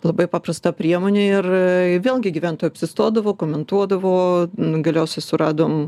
labai paprasta priemonė ir vėlgi gyventojai apsistodavo komentuodavo galiausiai suradom